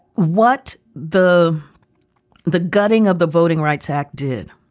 what the the gutting of the voting rights act did